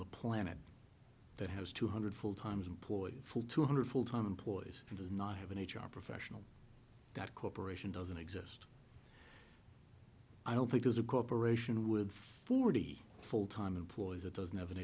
the planet that has two hundred full times employed full two hundred full time employees and does not have an h r professional got corporation doesn't exist i don't think there's a corporation with forty full time employees it doesn't have an